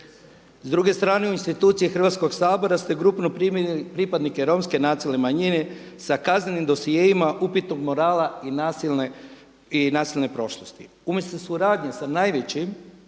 S druge strane u institucije Hrvatskog sabora ste grupno primili pripadnike Romske nacionalne manjine sa kaznenim dosjeima upitnog morala i nasilne prošlosti. Umjesto suradnje sa najvećim